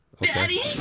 Daddy